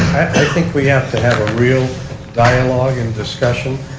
i think we have to have a real dialogue and discussion.